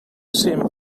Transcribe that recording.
sempre